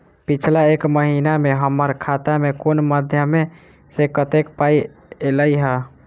पिछला एक महीना मे हम्मर खाता मे कुन मध्यमे सऽ कत्तेक पाई ऐलई ह?